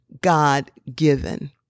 God-given